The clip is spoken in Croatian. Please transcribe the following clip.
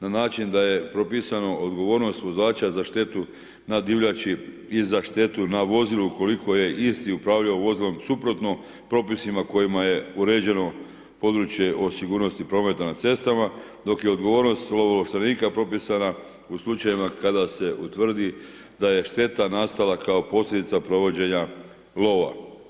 Na način da je propisano odgovornost vozača za štetu na divljači i za štetu na vozilu ukoliko je isti upravljao vozilom suprotno propisima kojima je uređeno područje o sigurnosti prometa na cestama, dok je odgovornost lovo ovlaštenika propisana u slučajevima kada se utvrdi da je šteta nastala kao posljedica provođenja lova.